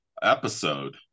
episode